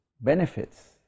benefits